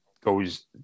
goes